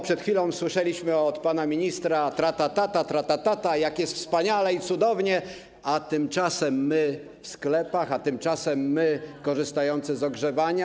Przed chwilą słyszeliśmy od pana ministra: tra ta ta, tra ta ta, jak jest wspaniale i cudownie, a tymczasem my w sklepach, a tymczasem my korzystający z ogrzewania.